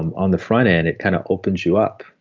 um on the front end, it kind of opens you up.